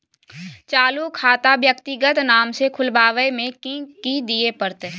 चालू खाता व्यक्तिगत नाम से खुलवाबै में कि की दिये परतै?